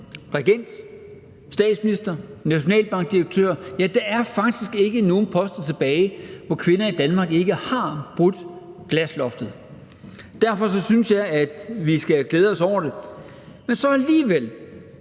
Danmark: statsminister, nationalbankdirektør, ja, der er faktisk ikke nogen poster tilbage, hvor kvinder i Danmark ikke har brudt glasloftet. Derfor synes jeg, at vi skal glæde os over det, men så alligevel